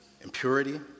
impurity